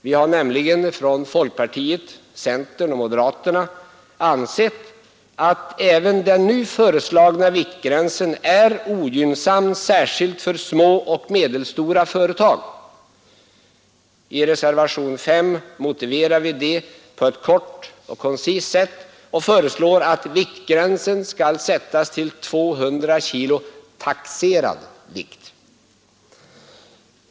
Vi har nämligen från folkpartiet, centern och moderaterna ansett att även den nu föreslagna viktgränsen är ogynnsam särskilt för små och medelstora företag. I reservationen 5 motiverar vi detta på ett kort och koncist sätt och föreslår att viktgränsen skall sättas vid 200 kg taxerad vikt.